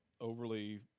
overly